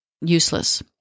useless